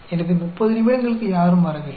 எனவே 30 நிமிடங்களுக்கு யாரும் வரவில்லை